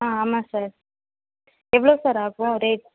ஆ ஆமாம் சார் எவ்வளோ சார் ஆகும் ரேட்